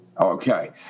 Okay